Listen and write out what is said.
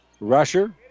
Rusher